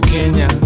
Kenya